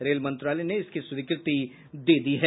rail मंत्रालय ने इसकी स्वीकृति दे दी है